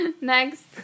next